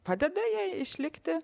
padeda jai išlikti